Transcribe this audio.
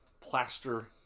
plaster